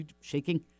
shaking